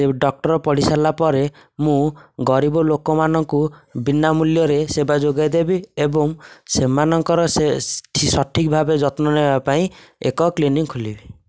ସେ ଡକ୍ଟର ପଢ଼ି ସାରିଲାପରେ ମୁଁ ଗରିବ ଲୋକମାନଙ୍କୁ ବିନା ମୂଲ୍ୟରେ ସେବା ଯୋଗାଇଦେବି ଏବଂ ସେମାନଙ୍କର ସଠିକ୍ ଭାବେ ଯତ୍ନ ନେବା ପାଇଁ ଏକ କ୍ଲିନିକ୍ ଖୋଲିବି